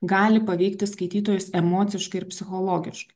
gali paveikti skaitytojus emociškai ir psichologiškai